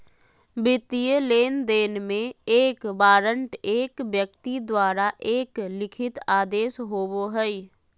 वित्तीय लेनदेन में, एक वारंट एक व्यक्ति द्वारा एक लिखित आदेश होबो हइ